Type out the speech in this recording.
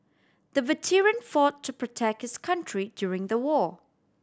the veteran fought to protect his country during the war